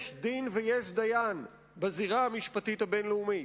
יש דין ויש דיין בזירה המשפטית הבין-לאומית.